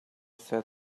said